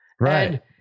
Right